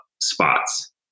spots